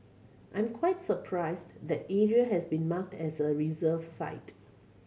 I'm quite surprised that area has been marked as a reserve site